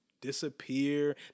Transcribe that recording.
disappear